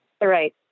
Right